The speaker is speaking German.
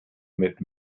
mit